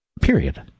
period